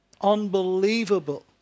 unbelievable